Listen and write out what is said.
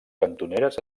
cantoneres